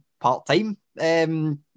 part-time